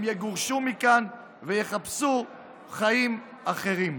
הם יגורשו מכאן ויחפשו חיים אחרים.